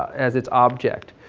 as it's object.